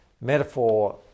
metaphor